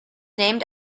named